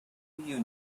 you